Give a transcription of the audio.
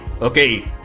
Okay